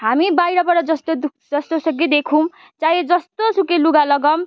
हामी बाहिरबाट जस्तो जस्तो सुकै देखौँ चाहे जस्तो सुकै लुगा लगाऔँ